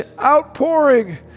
outpouring